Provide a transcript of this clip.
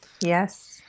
Yes